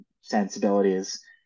sensibilities